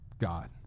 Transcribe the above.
God